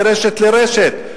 מרשת לרשת,